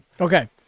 Okay